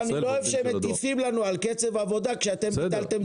אני לא אוהב שמטיפים לנו על קצב העבודה כשאתם ביטלתם דיון.